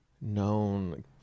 known